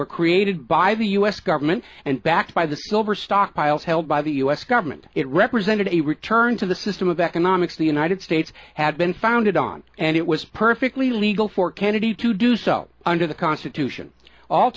were created by the us government and backed by the silver stockpiles held by the us government it represented a return to the system of economics the united states had been founded on and it was perfectly legal for kennedy to do so under the constitution all